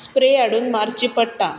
spray हाडून मारची पडटा